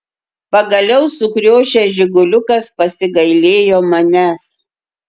pagaliau sukriošęs žiguliukas pasigailėjo manęs